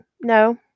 No